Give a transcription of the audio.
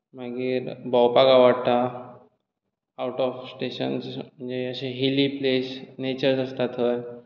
मागीर भोंवपाक आवडटा आवट ऑफ स्टेशन म्हणजें हिली प्लेस नेचर आसता थंय